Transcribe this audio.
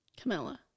Camilla